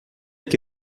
que